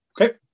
Okay